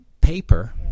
paper